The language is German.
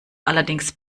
allerdings